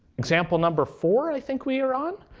example number four i think we are on.